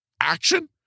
action